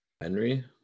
Henry